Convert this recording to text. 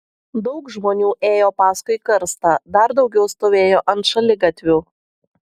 daug žmonių ėjo paskui karstą dar daugiau stovėjo ant šaligatvių